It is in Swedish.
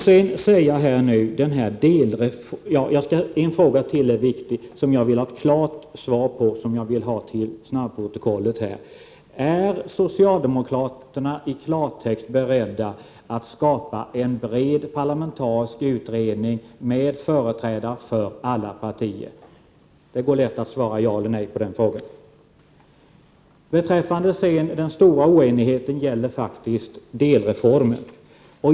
Det är ytterligare en fråga som är viktig, och jag vill ha ett klart svar på den, inskrivet i snabbprotokollet: Är socialdemokraterna i klartext beredda att skapa en bred parlamentarisk utredning med företrädare för alla partier? Det är lätt att svara ja eller nej på den frågan. Den stora oenigheten gäller delreformen.